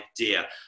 idea